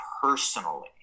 personally